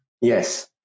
yes